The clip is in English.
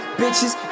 bitches